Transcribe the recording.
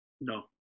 No